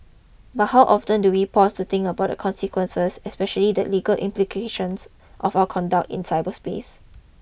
but how often do we pause to think about the consequences especially the legal implications of our conduct in cyberspace